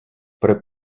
при